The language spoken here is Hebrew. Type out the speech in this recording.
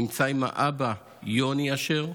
נמצא עם האבא יוני אשר,